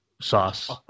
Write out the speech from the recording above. sauce